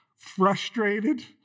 frustrated